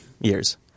years